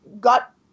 got